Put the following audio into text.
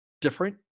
different